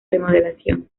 remodelación